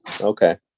Okay